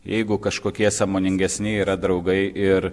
jeigu kažkokie sąmoningesni yra draugai ir